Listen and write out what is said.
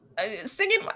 singing